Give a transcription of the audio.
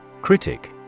Critic